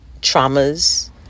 traumas